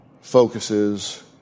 focuses